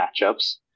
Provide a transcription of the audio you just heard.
matchups